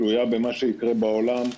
תלויה במה שיקרה בעולם,